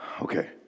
okay